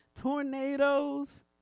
tornadoes